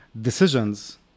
decisions